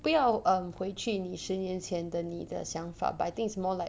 不要 um 回去你十年前的你的想法 but I think it's more like